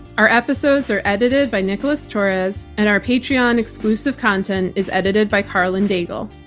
our episodes are edited by nicholas torres and our patreon exclusive content is edited by karlyn daigle.